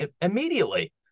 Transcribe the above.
immediately